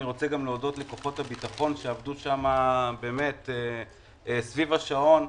אני רוצה להודות לכוחות הביטחון שעבדו שם סביב השעון,